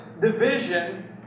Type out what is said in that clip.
division